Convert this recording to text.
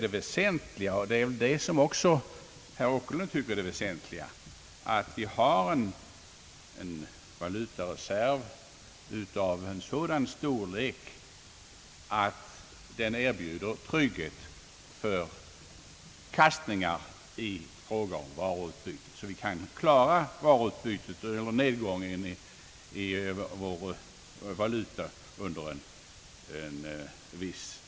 Det väsentliga för oss båda är väl, att Sverige har en valutareserv av sådan storlek att den erbjuder trygghet mot kastningar i varuutbytet — vi måste kunna klara varuutbytet även om det under någon tid blir en nedgång i vår valutareserv.